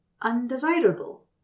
undesirable